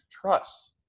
trust